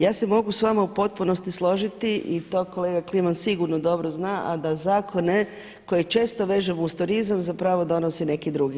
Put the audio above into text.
Ja se mogu s vama u potpunosti složiti i to kolega Kliman sigurno dobro zna, a da zakone koje često vežemo uz turizam zapravo donose neki drugi.